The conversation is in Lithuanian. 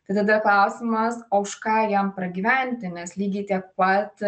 tai tada klausimas o už ką jam pragyventi nes lygiai tiek pat